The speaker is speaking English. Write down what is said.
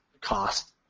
cost